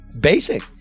Basic